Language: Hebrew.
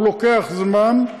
הוא לוקח זמן,